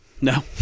No